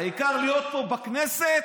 העיקר להיות פה בכנסת,